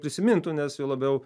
prisimintų nes juo labiau